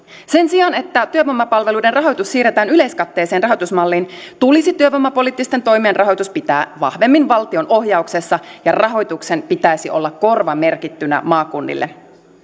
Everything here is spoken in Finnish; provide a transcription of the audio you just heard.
sen sijaan että työvoimapalveluiden rahoitus siirretään yleiskatteelliseen rahoitusmalliin tulisi työvoimapoliittisten toimien rahoitus pitää vahvemmin valtion ohjauksessa ja rahoituksen pitäisi olla korvamerkittynä maakunnille